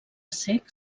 cec